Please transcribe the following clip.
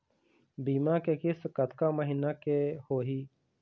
बीमा के किस्त कतका महीना के होही?